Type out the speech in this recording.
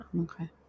okay